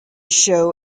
show